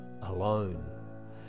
alone